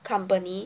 company